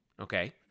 okay